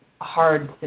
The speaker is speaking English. hard